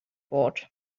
bought